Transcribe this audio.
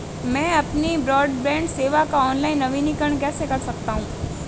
मैं अपनी ब्रॉडबैंड सेवा का ऑनलाइन नवीनीकरण कैसे कर सकता हूं?